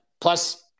Plus